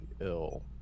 ill